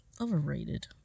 Overrated